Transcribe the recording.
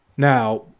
Now